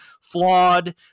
flawed